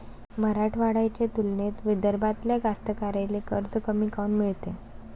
मराठवाड्याच्या तुलनेत विदर्भातल्या कास्तकाराइले कर्ज कमी काऊन मिळते?